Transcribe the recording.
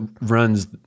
runs